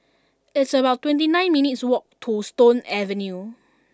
it's about twenty nine minutes' walk to Stone Avenue